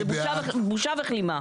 זו בושה וכלימה.